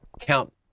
count